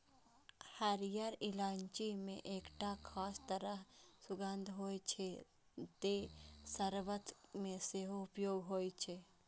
हरियर इलायची मे एकटा खास तरह सुगंध होइ छै, तें शर्बत मे सेहो उपयोग होइ छै